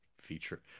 feature